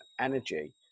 energy